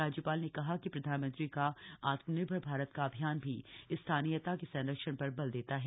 राज्यपाल ने कहा कि प्रधानमंत्री का आत्मनिर्भर भारत का अभियान भी स्थानीयता के संरक्षण पर बल देता है